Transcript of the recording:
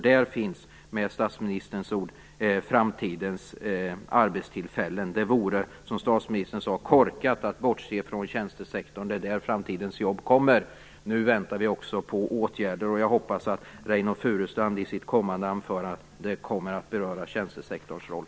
Där finns, med statsministerns ord, framtidens arbetstillfällen. Det vore, som statsministerns sagt, korkat att bortse från tjänstesektorn. Det är där som framtidens jobb kommer. Nu väntar vi på åtgärder. Jag hoppas att Reynoldh Furustrand i sitt anförande kommer att beröra tjänstesektorns roll.